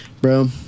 bro